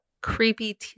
creepy